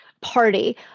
party